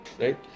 Right